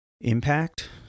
impact